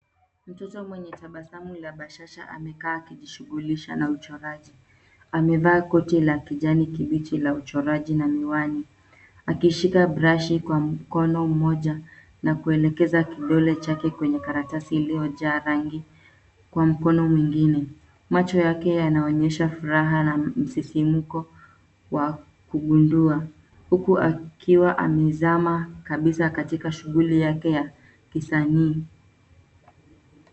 Mtoto mwenye tabasamu la bashasha amekaa akijishughulisha na uchoraji. Amevaa koti la kijani kibichi la uchoraji na miwani akishika brashi kwa mkono mmoja na kuelekeza kidole chake kwenye karatasi iliyojaa rangi kwa mkono mwingine. Macho yake yanaonyesha furaha na msisimko wa kugundua huku akiwa amezama kabisa katika shughuli yake ya kisanii.